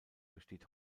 besteht